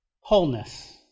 Wholeness